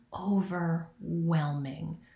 overwhelming